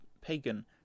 pagan